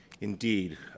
Indeed